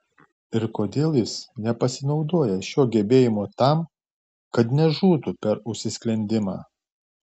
ir kodėl jis nepasinaudoja šiuo gebėjimu tam kad nežūtų per užsisklendimą